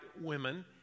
women